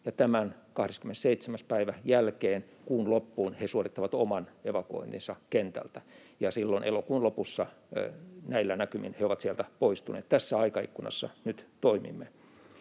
tämän 27. päivän jälkeen he suorittavat oman evakuointinsa kentältä kuun loppuun, ja silloin elokuun lopussa näillä näkymin he ovat sieltä poistuneet. Tässä aikaikkunassa nyt toimimme.